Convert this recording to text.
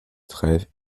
trèves